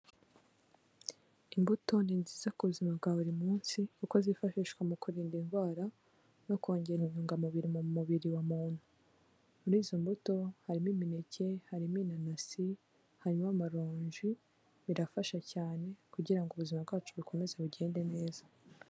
Imbuto ni nziza ku buzima bwa buri munsi kuko zifashishwa mu kurinda indwara no kongera intungamubiri mu mubiri wa muntu, muri izo mbuto harimo imineke, harimo inanasi, harimo amaronji birafasha cyane kugira ngo ubuzima bwacu bukomeze bugende neza.